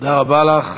תודה רבה לך,